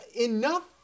Enough